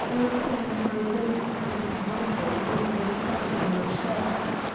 ill-cleaned my boots, and bungled over the studs in my shirts.